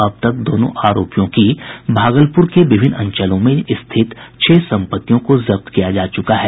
अब तक दोनों आरोपियों की भागलपुर के विभिन्न अंचलों में स्थित छह सम्पत्तियों को जब्त किया जा चुका है